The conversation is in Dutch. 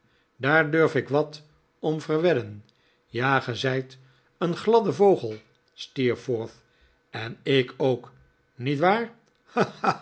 daar durf ik wat om verwedden ja ge zijt een gladde vogel steerforth en ik ook niet waar